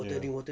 ya